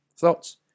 thoughts